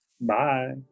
Bye